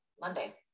Monday